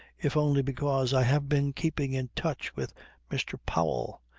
if only because i have been keeping in touch with mr. powell.